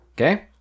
okay